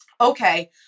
okay